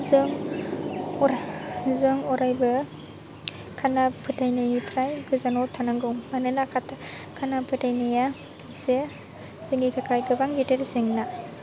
जों अरायबो खाना फोथायनायनिफ्राय गोजानाव थानांगौ मानोना खाना फोथायनाया मोनसे जोंनि थाखाय गोबां गेदेर जेंना